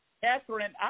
Catherine